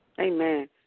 Amen